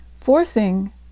Forcing